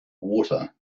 water